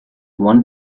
one